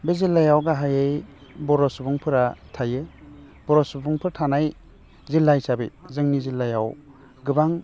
बे जिल्लायाव गाहायै बर' सुबुंफोरा थायो बर' सुबुंफोर थानाय जिल्ला हिसाबै जोंनि जिल्लायाव गोबां